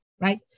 right